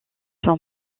son